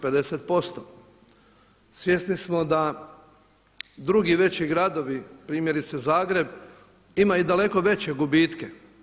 Svjesni smo da drugi veći gradovi primjerice Zagreb imaju daleko veće gubitke.